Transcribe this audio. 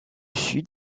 sud